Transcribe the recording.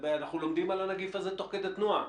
אנחנו לומדים על הנגיף הזה תוך כדי תנועה.